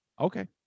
okay